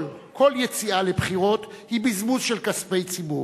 יציאה לבחירות היא בזבוז של כספי ציבור,